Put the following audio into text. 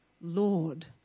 Lord